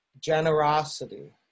generosity